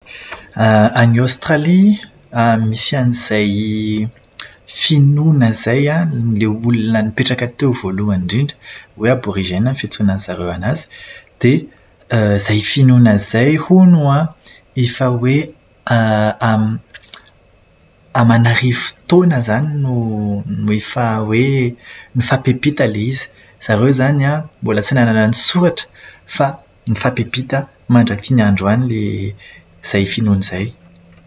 Any Aostralia misy an'izay finoana izany an, ilay olona nipetraka teo voalohany indrindra hoe "aborigène" ny fiantsoana an'izareo anazy. Dia izay finoana izay hono an, efa hoe aman'arivo taona izany no no efa hoe mifampiampita ilay izy. Zareo izany an, mbola tsy nanana ny soratra fa mifampiampita mandrak'ity ny androany ilay izay finoana izay.